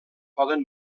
poden